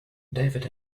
david